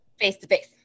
face-to-face